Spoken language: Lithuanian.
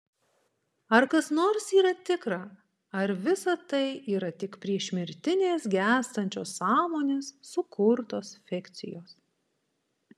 ar kas nors yra tikra ar visa tai yra tik priešmirtinės gęstančios sąmonės sukurtos fikcijos